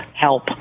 help